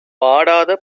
வாடாத